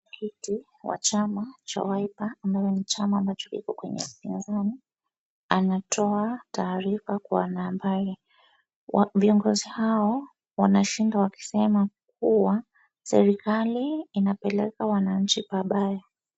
Mwenyeketi wa chama cha Wiper ambayo ni chama nacho kiko kwenye uislamu, anatoa taarifa kwa wanahabari. Viongozi hao wanashinda wakisema kuwa serikali inapeleka wananchi pabaya.